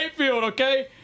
okay